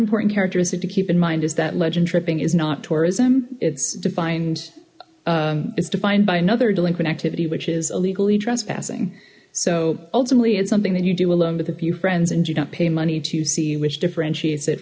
important characteristic to keep in mind is that legend tripping is not tourism its defined its defined by another delinquent activity which is illegally trespassing so ultimately it's something that you do alone with a few friends and do not pay money to see which differentiate